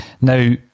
Now